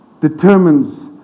determines